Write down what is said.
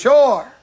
Sure